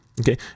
Okay